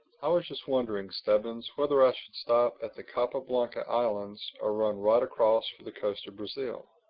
i was just wondering, stubbins, whether i should stop at the capa blanca islands or run right across for the coast of brazil.